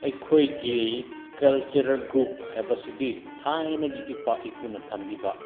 ꯑꯩꯈꯣꯏꯒꯤ cultural group ꯍꯥꯏꯕꯁꯤꯗꯤ ꯊꯥꯏꯅꯒꯤ ꯏꯄꯥ ꯏꯄꯨꯅ ꯊꯝꯕꯤꯕ